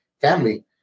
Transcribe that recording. family